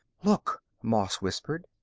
look! moss whispered.